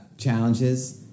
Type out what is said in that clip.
challenges